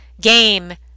game